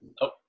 Nope